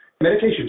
meditation